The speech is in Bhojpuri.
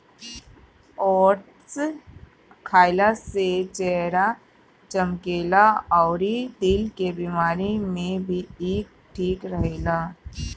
ओट्स खाइला से चेहरा चमकेला अउरी दिल के बेमारी में भी इ ठीक रहेला